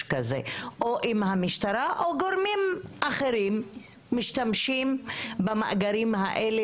כזה או אם המשטרה או גורמים אחרים משתמשים במאגרים האלה